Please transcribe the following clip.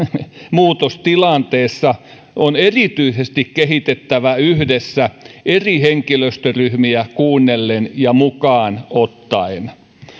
muutostilanteessa on erityisesti kehitettävä yhdessä eri henkilöstöryhmiä kuunnellen ja mukaan ottaen